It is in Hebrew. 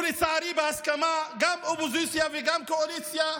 ולצערי, בהסכמה, גם אופוזיציה וגם קואליציה,